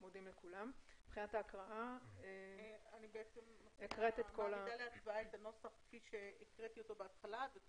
הוועדה תעלה להצבעה את הנוסח כפי שהקראתי בהתחלה ועם